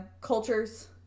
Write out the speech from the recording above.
cultures